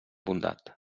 bondat